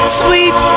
sweet